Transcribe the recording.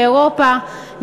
באירופה,